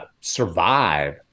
survive